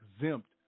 exempt